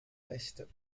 rechte